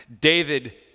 david